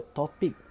topic